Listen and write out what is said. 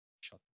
shut